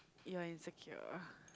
you're insecure